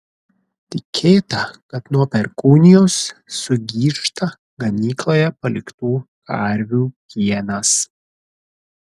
tikėta kad nuo perkūnijos sugyžta ganykloje paliktų karvių pienas